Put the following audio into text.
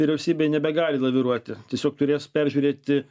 vyriausybė nebegali laviruoti tiesiog turės peržiūrėti